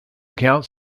account